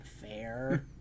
fair